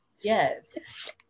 Yes